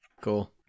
cool